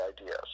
ideas